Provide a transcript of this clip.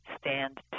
stand